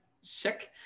sick